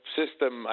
system